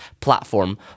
platform